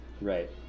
Right